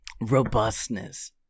robustness